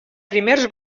primers